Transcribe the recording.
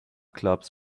clubs